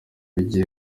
bigiye